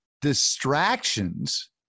distractions